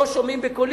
לא שומעים בקולי,